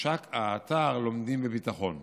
הושק האתר "לומדים בביטחון",